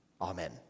amen